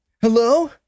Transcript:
hello